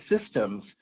systems